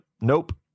Nope